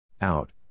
Out